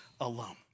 alone